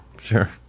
sure